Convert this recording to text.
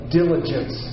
diligence